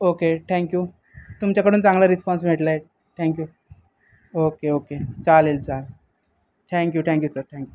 okay thank you तुमच्याकडून चांगला response मिळलाय थँक्यू ओके ओके चालेल चालेल थँक्यू ठँक्यू सर थँक्यू